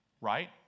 Right